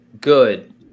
good